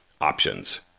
options